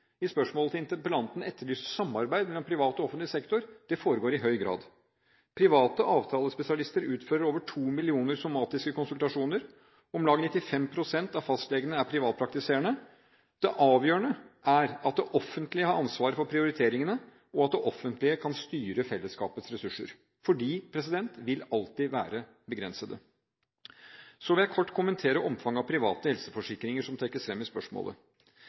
I spørsmålet til interpellanten etterlyses det samarbeid mellom privat og offentlig sektor. Det foregår i høy grad. Private avtalespesialister utfører over 2 millioner somatiske konsultasjoner. Om lag 95 pst. av fastlegene er privatpraktiserende. Det avgjørende er at det offentlige har ansvaret for prioriteringene, og at det offentlige kan styre fellesskapets ressurser, for de vil alltid være begrensede. Så vil jeg kort kommentere omfanget av private helseforsikringer som trekkes frem i spørsmålet.